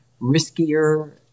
riskier –